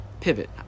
pivot